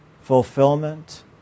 fulfillment